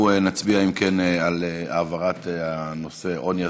אנחנו נצביע על העברת הנושא: עוני,